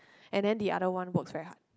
and then the other one works very hard